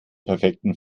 perfekten